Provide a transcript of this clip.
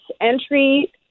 entry